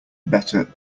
better